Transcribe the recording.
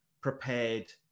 prepared